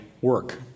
work